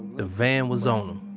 the van was on him